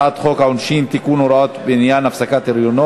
הצעת חוק החזר הוצאות כספיות בגין עריכת נישואין